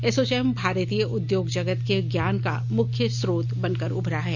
एसोचैम भारतीय उद्योग जगत के ज्ञान का मुख्य स्रोत बनकर उभरा है